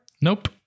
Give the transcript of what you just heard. Nope